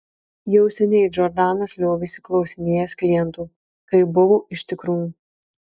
jau seniai džordanas liovėsi klausinėjęs klientų kaip buvo iš tikrųjų